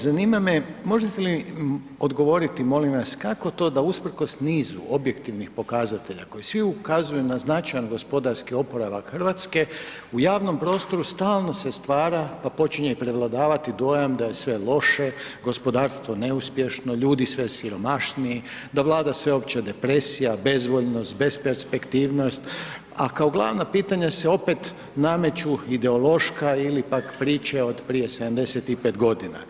Zanima me, možete li odgovoriti, molim vas, kako to da usprkos nizu objektivnih pokazatelja koji svi ukazuju na značajan gospodarski oporavak Hrvatske u javnom prostoru stalno se stvara, pa počinje prevladavati dojam da je sve loše, gospodarstvo neuspješno, ljudi sve siromašniji, da vlada sveopća depresija, bezvoljnost, besperspektivnost, a kao glavna pitanja se opet nameću ideološka ili pak priče od prije 75 godina.